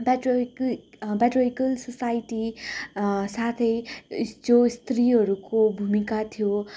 प्याटरिक्विक patriarchal society साथै जुन स्त्रीहरूको भूमिका थियो